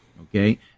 Okay